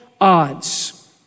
Odds